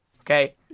Okay